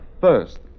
First